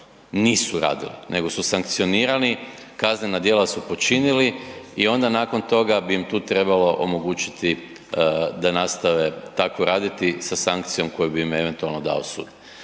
nisu radili nego su sankcionirani, kaznena djela su počinili i onda nakon toga bi im tu trebalo omogućiti da nastave tako raditi sa sankcijom koju bi im eventualno dao sud,